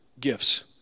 gifts